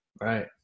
Right